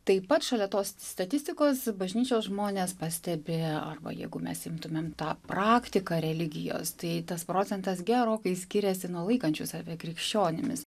taip pat šalia tos statistikos bažnyčios žmonės pastebi arba jeigu mes imtumėm tą praktiką religijos tai tas procentas gerokai skiriasi nuo laikančių save krikščionimis